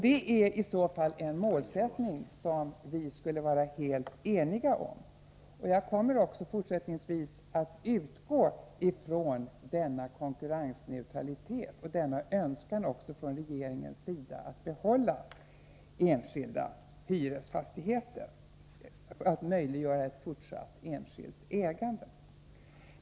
Det är i så fall en målsättning som vi skulle vara helt eniga om, och jag kommer fortsättningsvis att utgå ifrån denna konkurrensneutralitet och denna önskan också från regeringens sida att möjliggöra fortsatt enskilt ägande av hyresfastigheter.